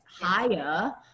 higher